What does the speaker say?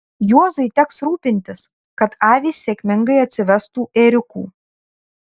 juozui teks rūpintis kad avys sėkmingai atsivestų ėriukų